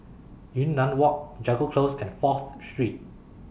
Yunnan Walk Jago Close and Fourth Street